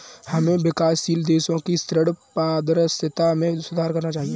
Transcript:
हमें विकासशील देशों की ऋण पारदर्शिता में सुधार करना चाहिए